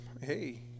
hey